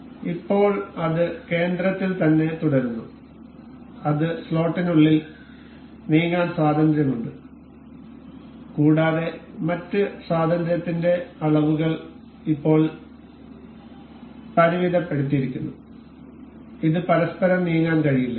അതിനാൽ ഇപ്പോൾ അത് കേന്ദ്രത്തിൽ തന്നെ തുടരുന്നു അത് സ്ലോട്ടിനുള്ളിൽ നീങ്ങാൻ സ്വാതന്ത്ര്യമുണ്ട് കൂടാതെ മറ്റ് സ്വാതന്ത്ര്യത്തിന്റെ അളവുകൾ ഇപ്പോൾ പരിമിതപ്പെടുത്തിയിരിക്കുന്നു ഇത് പരസ്പരം നീങ്ങാൻ കഴിയില്ല